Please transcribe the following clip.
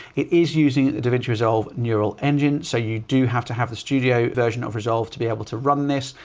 it is using the davinci resolve neural engine. so you do have to have the studio version of resolve to be able to run this.